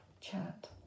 chat